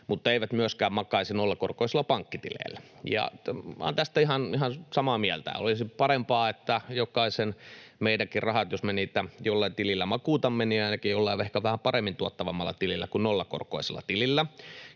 mutta eivät myöskään makaisi nollakorkoisilla pankkitileillä ja olen tästä ihan samaa mieltä. Olisi parempi, että meistäkin jokaisen rahat, jos me niitä jollain tilillä makuutamme, olisivat ainakin jollain ehkä vähän paremmin tuottavammalla tilillä kuin nollakorkoisella tilillä.